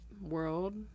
world